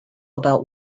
about